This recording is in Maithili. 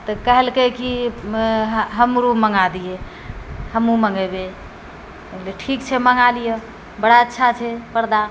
तऽ कहलकै कि हमरो मँगा दिअऽ हमहूँ मँगेबै कहलिए ठीक छै मँगा लिअऽ बड़ा अच्छा छै परदा